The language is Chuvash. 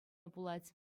пулать